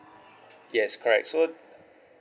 yes correct so